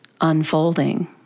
unfolding